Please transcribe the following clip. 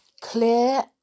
Clear